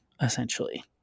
essentially